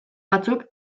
batzuk